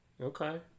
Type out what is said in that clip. Okay